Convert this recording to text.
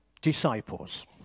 Disciples